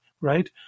right